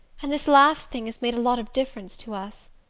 and this last thing has made a lot of difference to us.